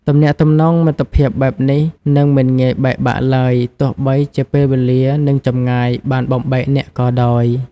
ទំនាក់ទំនងមិត្តភាពបែបនេះនឹងមិនងាយបែកបាក់ឡើយ ទោះបីជាពេលវេលានិងចម្ងាយបានបំបែកអ្នកក៏ដោយ។